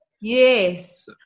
Yes